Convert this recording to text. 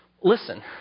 Listen